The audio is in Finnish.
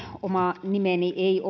oma nimeni ei